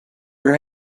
her